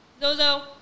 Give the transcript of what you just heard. Zozo